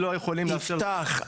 מיכאל מרדכי ביטון (יו"ר ועדת הכלכלה): יפתח,